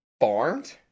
farmed